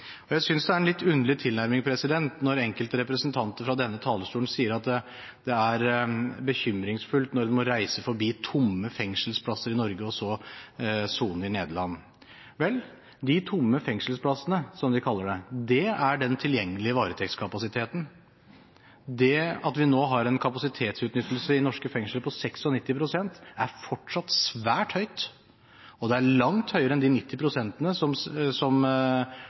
Jeg synes det er en litt underlig tilnærming når enkelte representanter fra denne talerstolen sier at det er bekymringsfullt når en må reise forbi tomme fengselsplasser i Norge og så sone i Nederland. Vel, de tomme fengselsplassene, som de kaller det, er den tilgjengelige varetektskapasiteten. Det at vi nå har en kapasitetsutnyttelse i norske fengsler på 96 pst., er fortsatt svært høyt, og det er langt høyere enn de 90 pst. som